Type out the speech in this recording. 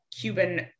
Cuban